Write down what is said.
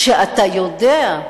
כשאתה יודע,